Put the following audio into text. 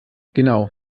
genau